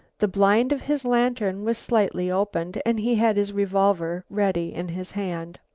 the blind of his lantern was slightly opened, and he had his revolver ready in his hand.